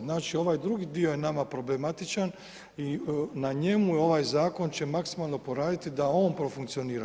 Znači ovaj drugi dio je nama problematičan i na njemu je ovaj zakon će maksimalno poraditi da on profunkcionira.